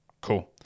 Cool